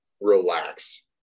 relax